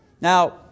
Now